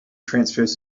transfers